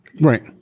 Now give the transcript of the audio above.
Right